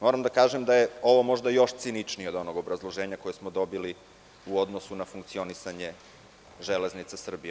Moram da kažem da je ovo možda još ciničnije od onog obrazloženja koje smo dobili u odnosu na funkcionisanje „Železnica Srbije“